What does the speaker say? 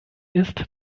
ist